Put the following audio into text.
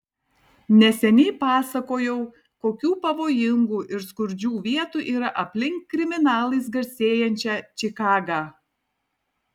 neseniai pasakojau kokių pavojingų ir skurdžių vietų yra aplink kriminalais garsėjančią čikagą